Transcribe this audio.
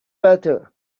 better